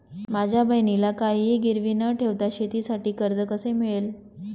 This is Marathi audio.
माझ्या बहिणीला काहिही गिरवी न ठेवता शेतीसाठी कर्ज कसे मिळेल?